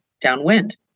downwind